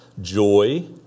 joy